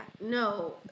no